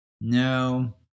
no